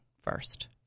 first